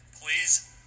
please